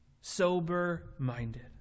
sober-minded